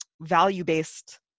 value-based